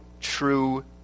true